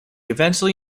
eventually